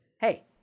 hey